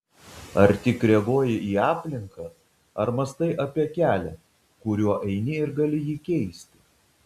ar tik reaguoji į aplinką ar mąstai apie kelią kuriuo eini ir gali jį keisti